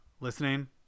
listening